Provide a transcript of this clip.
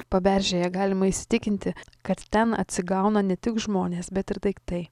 paberžėje galima įsitikinti kad ten atsigauna ne tik žmonės bet ir daiktai